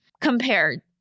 compared